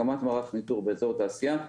הקמת מערך ניטור באזור תעשייה,